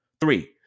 Three